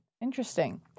interesting